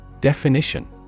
Definition